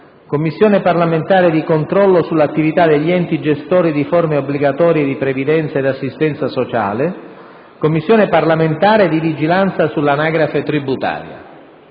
Commissione parlamentare per il controllo sull'attività degli enti gestori di forme obbligatorie di previdenza e assistenza sociale; Commissione parlamentare di vigilanza sull'anagrafe tributaria.